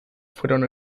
fueron